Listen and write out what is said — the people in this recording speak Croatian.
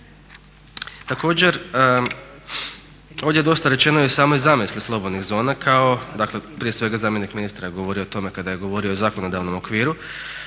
Također, ovdje je dosta rečeno i o samoj zamisli slobodnih zona, prije svega dakle zamjenik ministra je govorio o tome kada je govorio o zakonodavnom okviru,